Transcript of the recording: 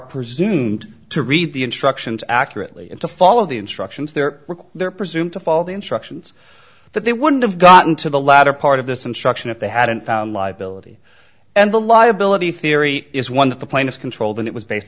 presumed to read the instructions accurately and to follow the instructions there they're presumed to fall the instructions that they wouldn't have gotten to the latter part of this instruction if they hadn't found live building and the liability theory is one that the plaintiffs controlled and it was based